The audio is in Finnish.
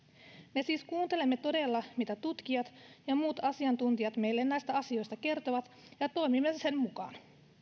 me siis kuuntelemme todella mitä tutkijat ja muut asiantuntijat meille näistä asioista kertovat ja toimimme sen mukaan